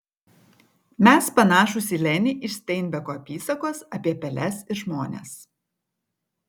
mes panašūs į lenį iš steinbeko apysakos apie peles ir žmones